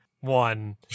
one